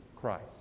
Christ